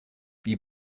wie